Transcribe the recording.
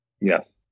Yes